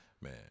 man